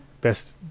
best